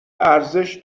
ارزش